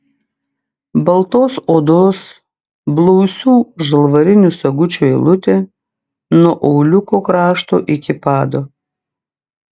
baltos odos blausių žalvarinių sagučių eilutė nuo auliuko krašto iki pado